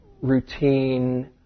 routine